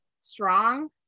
strong